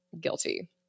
guilty